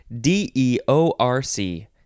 d-e-o-r-c